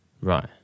Right